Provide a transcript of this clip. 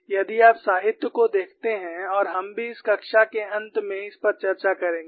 यदि आप साहित्य को देखते हैं और हम भी इस कक्षा के अंत में इसपर चर्चा करेंगे